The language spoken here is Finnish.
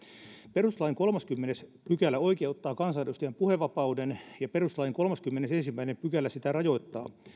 perustuslain kolmaskymmenes pykälä oikeuttaa kansanedustajan puhevapauden ja perustuslain kolmaskymmenesensimmäinen pykälä sitä rajoittaa